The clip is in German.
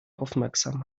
aufmerksam